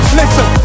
listen